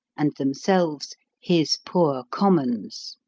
and themselves his poor commons.